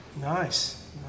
nice